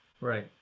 Right